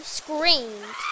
screamed